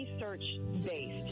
research-based